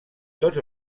tots